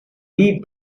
leave